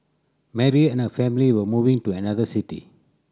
Mary and her family were moving to another city